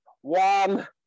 one